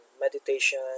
meditation